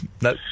No